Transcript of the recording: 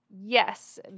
yes